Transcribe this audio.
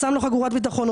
שם לו חגורת ביטחון,